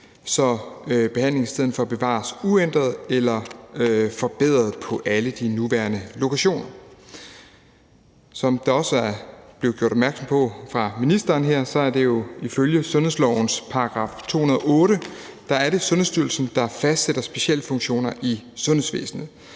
så behandlingen i stedet for bevares uændret eller forbedret på alle de nuværende lokationer. Som der også er blevet gjort opmærksom på fra ministerens side her, er det jo ifølge sundhedslovens § 208 Sundhedsstyrelsen, der fastsætter specialfunktioner i sundhedsvæsenet.